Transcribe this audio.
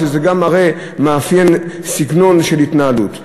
שזה גם מאפיין סגנון של התנהלות.